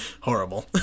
Horrible